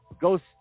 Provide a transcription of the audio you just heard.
Ghost